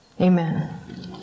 Amen